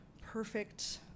perfect